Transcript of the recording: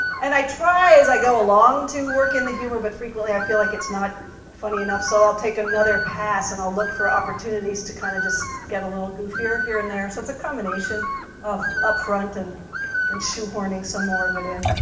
and i try as i go along to work in the humor but frequently i feel like it's not funny enough, so i take another pass and i'll look for opportunities to kind of to get a little goofier here and there. so it's a combination of up-front and and shoehorning some more of it in.